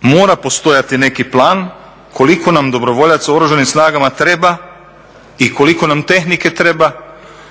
Mora postojati neki plan koliko nam dobrovoljaca u Oružanim snagama treba i koliko nam tehnike treba,